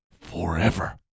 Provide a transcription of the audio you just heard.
forever